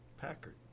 Packard